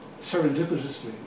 serendipitously